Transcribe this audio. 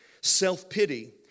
self-pity